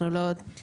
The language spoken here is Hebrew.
אנחנו לא תלויים.